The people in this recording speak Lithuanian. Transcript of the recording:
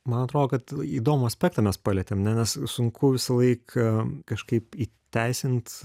man atrodo kad įdomų aspektą mes palietėme ne nes sunku visą laiką kažkaip įteisint